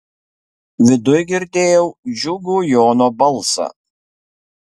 viduj girdėjau džiugų jono balsą